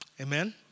Amen